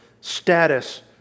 status